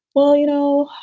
well, you know,